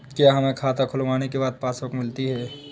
क्या हमें खाता खुलवाने के बाद पासबुक मिलती है?